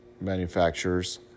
manufacturers